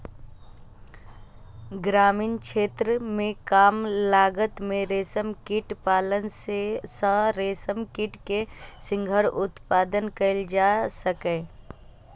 ग्रामीण क्षेत्र मे कम लागत मे रेशम कीट पालन सं रेशम कीट के शीघ्र उत्पादन कैल जा सकैए